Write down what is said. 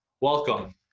welcome